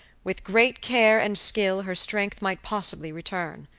with great care and skill her strength might possibly return.